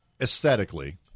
aesthetically